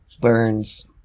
burns